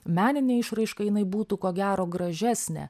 meninė išraiška jinai būtų ko gero gražesnė